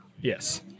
Yes